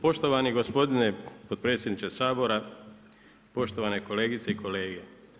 Poštovani gospodine potpredsjedniče Sabora, poštovane kolegice i kolege.